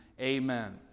Amen